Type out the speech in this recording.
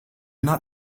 not